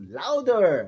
louder